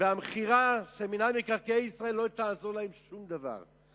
והמכירה של מינהל מקרקעי ישראל לא תעזור להם שום דבר,